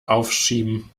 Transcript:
aufschieben